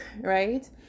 right